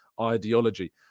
ideology